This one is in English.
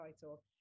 title